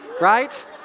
right